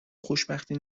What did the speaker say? خوشبختی